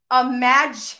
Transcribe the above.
imagine